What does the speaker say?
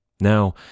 Now